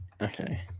Okay